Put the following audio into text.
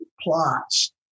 plots